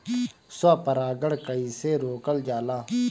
स्व परागण कइसे रोकल जाला?